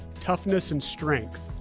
toughness, and strength.